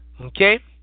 Okay